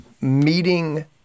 meeting